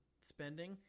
spending